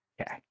Okay